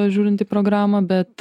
žiūrint į programą bet